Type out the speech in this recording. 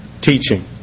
teaching